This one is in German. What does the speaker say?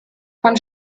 von